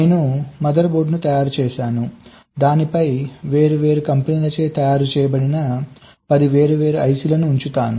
నేను మదర్ బోర్డ్ను తయారు చేసాను దానిపై వేర్వేరు కంపెనీలచే తయారు చేయబడిన 10 వేర్వేరు ఐసిలను ఉంచుతాను